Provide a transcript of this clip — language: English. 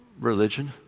religion